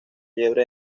liebre